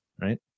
right